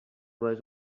was